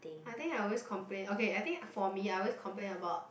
I think I always complain okay I think for me I always complain about